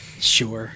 Sure